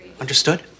Understood